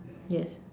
yes